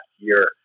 year